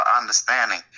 understanding